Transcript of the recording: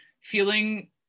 feeling